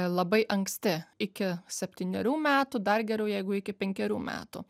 labai anksti iki septynerių metų dar geriau jeigu iki penkerių metų